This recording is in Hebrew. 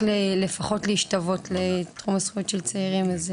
לפחות להשתוות לתחום הזכויות של צעירים.